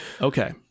Okay